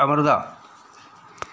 Amrita